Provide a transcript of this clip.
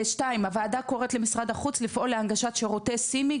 2. הוועדה קוראת למשרד החוץ לפעול להנגשת שירותי "סימי",